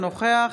אינו נוכח